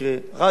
רק רגע,